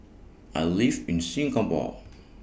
I live in Singapore